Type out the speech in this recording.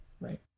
right